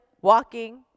walking